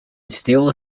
steel